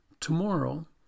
Tomorrow